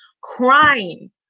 crying